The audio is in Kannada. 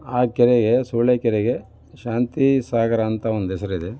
ಆ ಕೆರೆಗೆ ಸೂಳೆಕೆರೆಗೆ ಶಾಂತಿ ಸಾಗರ ಅಂತ ಒಂದು ಹೆಸರಿದೆ